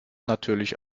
natürlich